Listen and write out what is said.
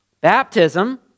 Baptism